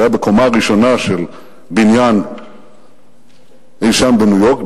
זה היה בקומה הראשונה של בניין אי-שם בניו-יורק,